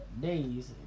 days